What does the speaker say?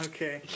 Okay